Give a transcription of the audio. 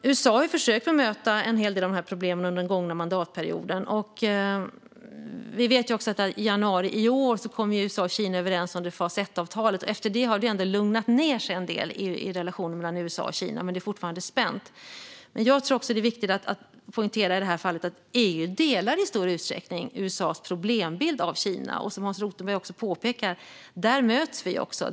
USA har försökt bemöta en hel del av dessa problem under den gångna mandatperioden. I januari i år kom USA och Kina överens om Fas 1-avtalet, och därefter har det lugnat ned sig en del i relationen mellan USA och Kina, men det är fortfarande spänt. Jag tror också att det i det här fallet är viktigt att poängtera att EU i stor utsträckning delar USA:s problembild när det gäller Kina. Där möts vi, som Hans Rothenberg påpekar.